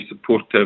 supportive